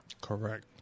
Correct